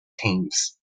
thames